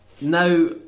Now